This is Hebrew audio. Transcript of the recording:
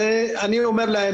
אני אומר לכם,